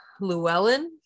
Llewellyn